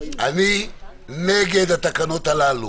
אני נגד התקנות הללו.